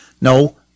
No